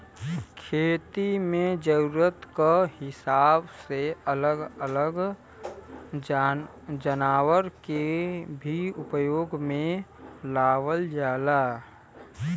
खेती में जरूरत क हिसाब से अलग अलग जनावर के भी उपयोग में लावल जाला